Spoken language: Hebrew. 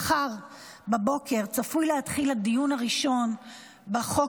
מחר בבוקר צפוי להתחיל הדיון הראשון בחוק